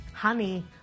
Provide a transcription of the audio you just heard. Honey